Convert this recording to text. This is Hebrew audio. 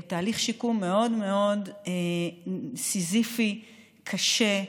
הוא תהליך מאוד מאוד סיזיפי, קשה,